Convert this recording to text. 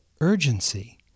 urgency